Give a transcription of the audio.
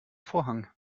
vorhang